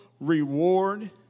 reward